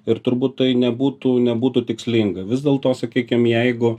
ir turbūt tai nebūtų nebūtų tikslinga vis dėlto sakykim jeigu